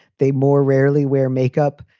they more rarely wear makeup.